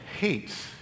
hates